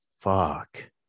fuck